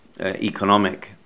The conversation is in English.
economic